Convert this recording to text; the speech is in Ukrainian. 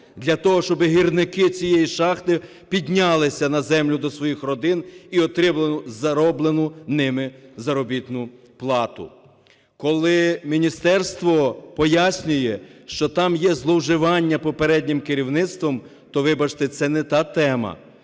для того, щоб гірники цієї шахти піднялися на землю до своїх родин і отримали зароблену ними заробітну плату. Коли міністерство пояснює, що там є зловживання попереднім керівництвом, то, вибачте, це не та тема.